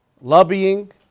Lobbying